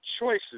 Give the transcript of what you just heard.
choices